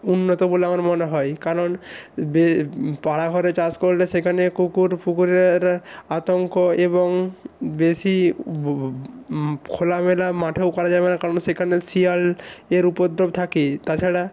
উন্নত বলে আমার মনে হয় কারণ বে পাড়া ঘরে চাষ করলে সেখানে কুকুর ফুকুরেরা এটা আতঙ্ক এবং বেশি খোলামেলা মাঠেও করা যাবে না কারণ সেখানে শিয়াল এর উপদ্রব থাকে তাছাড়া